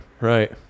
Right